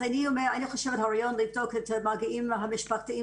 אז אני חושבת שהרעיון לבדוק את המגעים המשפחתיים